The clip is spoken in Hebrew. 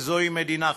וזוהי מדינה חופשית.